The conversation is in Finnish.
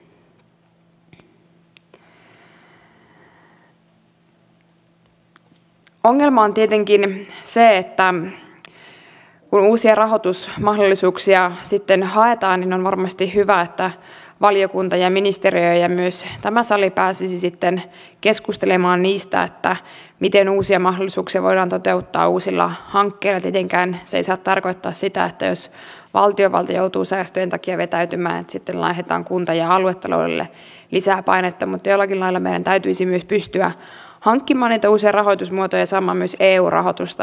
minä kyllä pidän erikoisena sitä että kun teemme erittäin merkittävästä asiasta välikysymyksen se sisältää sen että ministeri on antanut ministeriaitiossa väärää tietoa siitä miten valmistelussa on tapahtunut salailua esimerkiksi valtiovarainministeriö on yrittänyt salata oman vero osastonsa lausunnon hallintarekisteristä miten pakkolakien valmistelussa on pyyhitty pois arvioita jotka ovat aivan keskeisiä siitä lakiesityksestä joka on lähetetty lausuntokierrokselle niin sitten sanotaan että tämä nyt on väsynyttä keskustelua ja turhaa ja että lähdetään eteenpäin ja unohdetaan koko asia